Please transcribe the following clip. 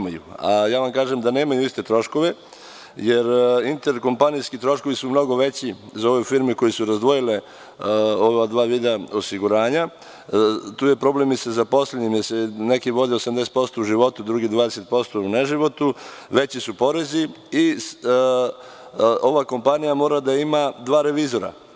Kažem vam da nemaju iste troškove, jer interkompanijski troškovi su mnogo veći za ove firme koje su razdvojile ova dva vida osiguranja i tu je problem sa zaposlenima, jer se neki vode 80% u životu, a 20% u neživotu, veći su porezi i ova kompanija mora da ima dva revizora.